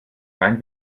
rein